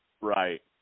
Right